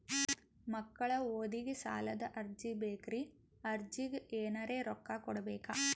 ಮಕ್ಕಳ ಓದಿಗಿ ಸಾಲದ ಅರ್ಜಿ ಬೇಕ್ರಿ ಅರ್ಜಿಗ ಎನರೆ ರೊಕ್ಕ ಕೊಡಬೇಕಾ?